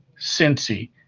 Cincy